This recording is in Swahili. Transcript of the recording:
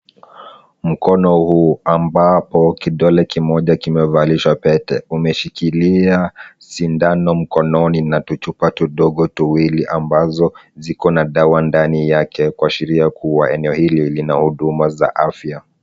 Mkono huu ambapo kidole kimoja kimevalishwa pete, umeshikilia sindano mkononi na tuchupa tudogo tuwili ambazo ziko na dawa ndani yake, kuashiria kuwa eneo hili lina huduma za afya.